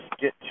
get